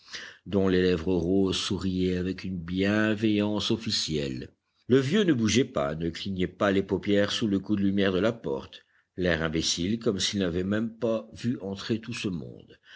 dont les lèvres roses souriaient avec une bienveillance officielle le vieux ne bougeait pas ne clignait pas les paupières sous le coup de lumière de la porte l'air imbécile comme s'il n'avait pas même vu entrer tout ce monde